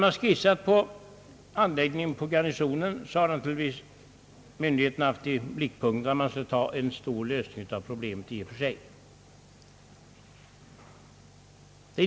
Vid skisserandet av anläggningen i kvarteret Garnisonen har myndigheterna naturligtvis strävat efter att finna en radikal lösning av statsförvaltningens lokalproblem.